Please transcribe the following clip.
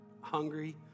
hungry